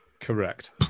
correct